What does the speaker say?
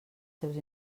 seus